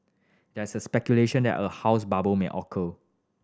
there is the speculation that a house bubble may occur